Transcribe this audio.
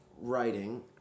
writing